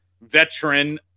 veteran